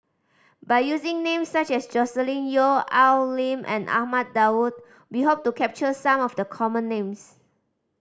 by using names such as Joscelin Yeo Al Lim and Ahmad Daud we hope to capture some of the common names